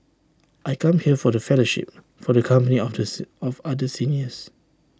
I come here for the fellowship for the company of of other seniors